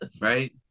Right